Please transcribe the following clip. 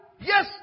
Yes